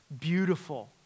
Beautiful